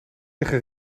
eigen